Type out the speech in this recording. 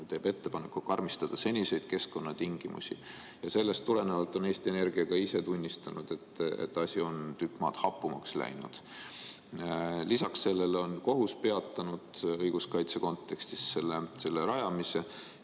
teeb ettepaneku karmistada seniseid keskkonnatingimusi. Sellest tulenevalt on Eesti Energia ka ise tunnistanud, et asi on tükk maad hapumaks läinud. Lisaks sellele on kohus õiguskaitse kontekstis peatanud